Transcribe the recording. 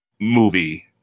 movie